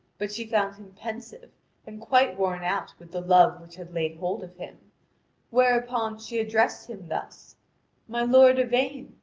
but she found him pensive and quite worn out with the love which had laid hold of him whereupon she addressed him thus my lord yvain,